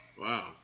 Wow